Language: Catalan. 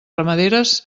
ramaderes